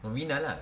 novena lah